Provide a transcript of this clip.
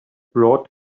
brought